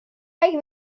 اگه